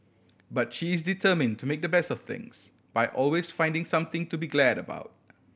but she is determined to make the best of things by always finding something to be glad about